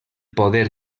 poder